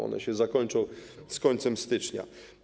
One się zakończą z końcem stycznia.